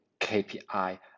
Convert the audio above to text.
KPI